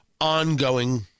ongoing